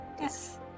Yes